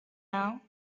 now